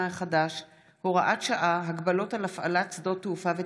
החדש (הוראת שעה) (הגבלות על הפעלת שדות תעופה וטיסות)